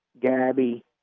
Gabby